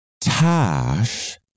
Tash